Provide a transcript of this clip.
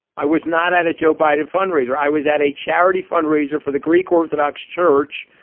i was not at a joe biden fundraiser. i was at a charity fundraiser for the greek orthodox church.